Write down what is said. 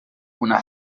una